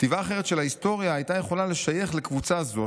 כתיבה אחרת של ההיסטוריה הייתה יכולה לשייך לקבוצה זו,